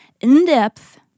in-depth